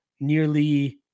nearly